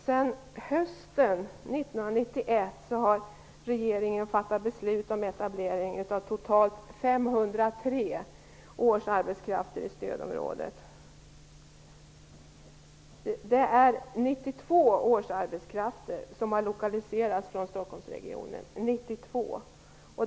Sedan hösten 1991 har regeringen fattat beslut om etablering av totalt 503 årsarbetskrafter i stödområdet. Det är 92 årsarbetskrafter som har lokaliserats från Stockholmsregionen.